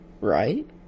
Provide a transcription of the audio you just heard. Right